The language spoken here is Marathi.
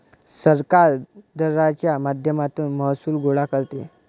सरकार दराच्या माध्यमातून महसूल गोळा करते